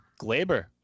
Glaber